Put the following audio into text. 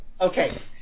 Okay